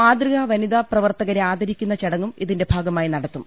മാതൃകാ വനിതാ പ്രവർത്ത കരെ ആദരിക്കുന്ന ചടങ്ങും ഇതിന്റെ ഭാഗമായി നടത്തും